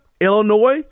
Illinois